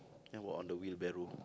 then how about on the wheelbarrow